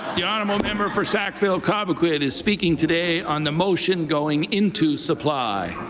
the honourable member for sackville-cobequid is speaking today on the motion going into supply.